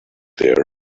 there